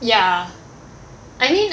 ya I mean